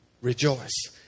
rejoice